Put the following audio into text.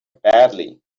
badly